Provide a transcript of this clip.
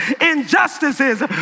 injustices